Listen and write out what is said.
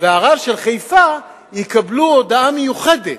והרב של חיפה יקבלו הודעה מיוחדת: